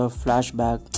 flashback